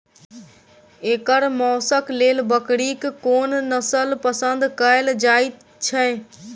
एकर मौशक लेल बकरीक कोन नसल पसंद कैल जाइ छै?